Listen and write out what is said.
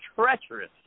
treacherous